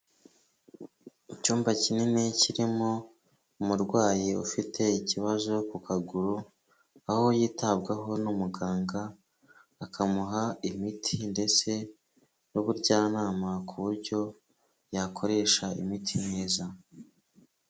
Icyumba kinini kirimo umurwayi ufite ikibazo ku kaguru, aho yitabwaho n'umuganga, akamuha imiti ndetse n'ubujyanama ku buryo yakoresha imiti myiza.